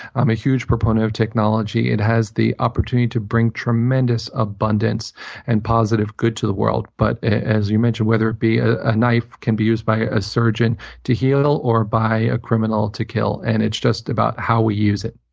i'm a huge proponent of technology. it has the opportunity to bring tremendous abundance and positive good to the world. but as you mentioned, whether it be. a a knife can be used by a surgeon to heal or by a criminal to kill. and it's just about how we use it.